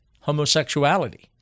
homosexuality